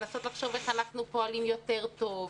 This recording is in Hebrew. לנסות לחשוב איך אנחנו פועלים יותר טוב.